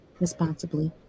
responsibly